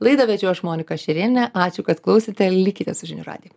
laidą vedžiau aš monika šerėnė ačiū kad klausėte likite su žinių radiju